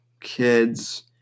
kids